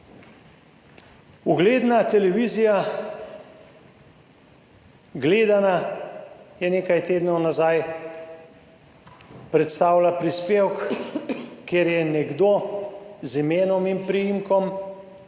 Ugledna televizija gledana je nekaj tednov nazaj predstavila prispevek kjer je nekdo z imenom in priimkom